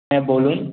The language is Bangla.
হ্যাঁ বলুন